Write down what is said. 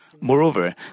Moreover